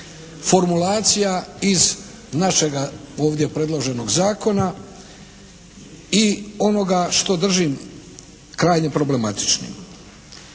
formulacija iz našega ovdje predloženog zakona i onoga što držim krajnje problematičnim.